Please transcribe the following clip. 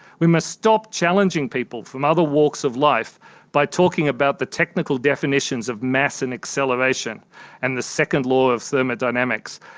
we must stop challenging people from other walks of life by talking about the technical definitions of mass and acceleration and the second law of thermodynamics,